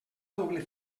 doble